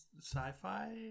sci-fi